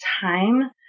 time